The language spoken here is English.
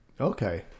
Okay